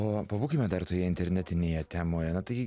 o pabūkime dar toje internetinėje temoje na tai